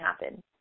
happen